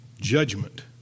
judgment